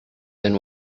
than